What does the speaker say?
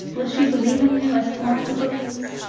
will she believe in you as florence believes?